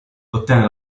ottenne